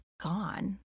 gone